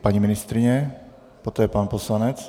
Paní ministryně, poté pan poslanec.